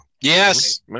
Yes